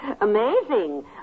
Amazing